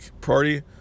Party